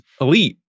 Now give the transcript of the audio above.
elite